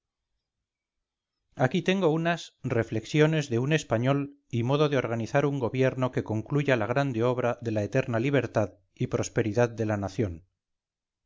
aquí tengo unas reflexiones de un español y modo de organizar un gobierno que concluya la grande obra de la eterna libertad y prosperidad de la nación